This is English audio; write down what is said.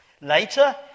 Later